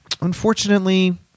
Unfortunately